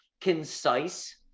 concise